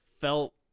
felt